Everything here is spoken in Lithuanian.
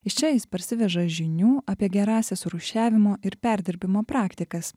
iš čia jis parsiveža žinių apie gerąsias rūšiavimo ir perdirbimo praktikas